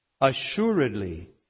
Assuredly